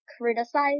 criticize